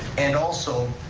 and also,